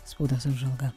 spaudos apžvalga